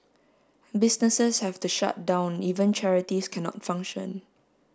businesses have to shut down even charities cannot function